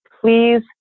please